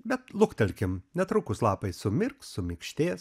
bet luktelkim netrukus lapai sumirks suminkštės